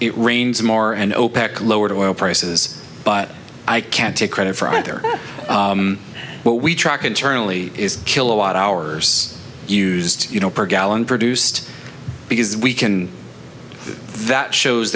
it rains more and opec lowered oil prices but i can't take credit for other what we track internally is kilowatt hours used you know per gallon produced because we can that shows